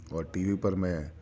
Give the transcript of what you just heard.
اور TV پر میں